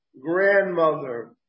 grandmother